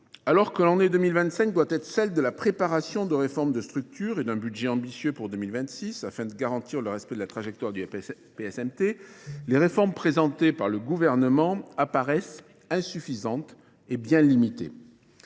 Alors que l'année 2025 doit être celle de la préparation de réformes de structure et d'un budget ambitieux pour 2026 afin de garantir le respect de la trajectoire du PSMT, les réformes présentées par le gouvernement apparaissent insuffisantes et bien limitées.